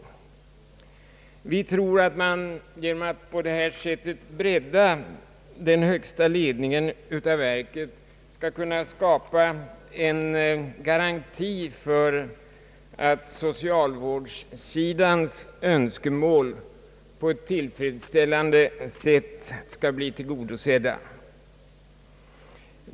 Vi tror att man genom att på detta sätt bredda den högsta ledningen av verket skall kunna skapa en garanti för att socialvårdssidans önskemål skall bli tillgodosedda på ett tillfredsställande sätt.